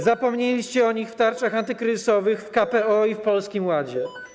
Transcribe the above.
Zapomnieliście o nich w tarczach antykryzysowych, w KPO i w Polskim Ładzie.